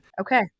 Okay